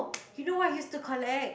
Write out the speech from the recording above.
you know what I use to collect